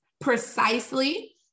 precisely